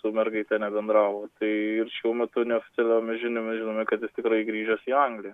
su mergaite nebendravo tai ir šiuo metu neoficialiomis žiniomis žinome kad tikrai grįžęs į angliją